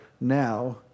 now